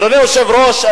אדוני היושב-ראש,